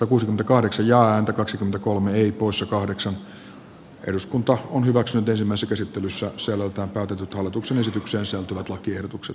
opus kahdeksan ja häntä kaksi jos ei voittaa on hyväksynyt ensimmäiset esittelyssä säveltää täytetyt hallituksen esitykseen sisältyvät lakiehdotukset hylätty